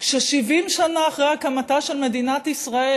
ש-70 שנה אחרי הקמתה של מדינת ישראל,